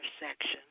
intersection